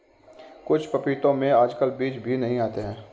कुछ पपीतों में आजकल बीज भी नहीं आते हैं